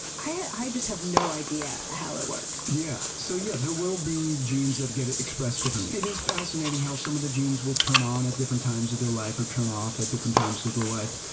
i just have no idea how it works. yeah. so yeah there will be genes that get expressed differently. it is fascinating how some of the genes will turn on at different times of their life or turn off at different times of their life.